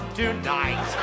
tonight